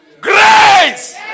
Grace